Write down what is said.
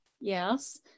Yes